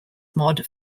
mod